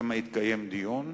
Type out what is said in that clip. שם התקיים דיון.